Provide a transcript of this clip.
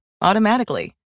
automatically